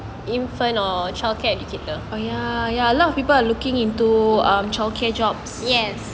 oh ya ya a lot of people are looking into um childcare jobs